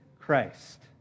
Christ